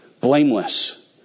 Blameless